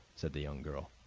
said the young girl,